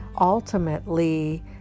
ultimately